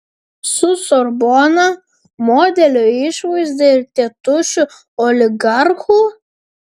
su sorbona modelio išvaizda ir tėtušiu oligarchu